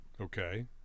Okay